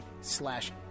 slash